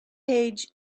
page